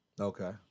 Okay